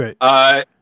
Right